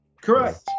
Correct